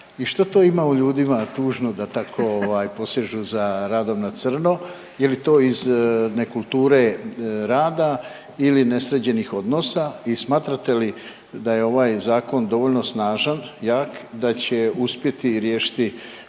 i što to ima u ljudima tužno da tako posežu za radom za crno? Je li to iz nekulture rada ili nesređenih odnosa? I smatrate li da je ovaj zakon dovoljno snažan, jak da će uspjeti riješiti